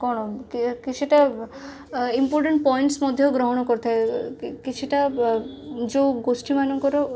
କ'ଣ କିଛିଟା important points ମଧ୍ୟ ଗ୍ରହଣ କରିଥାଏ କିଛିଟା ଅ ଯେଉଁ ଗୋଷ୍ଠୀମାନଙ୍କର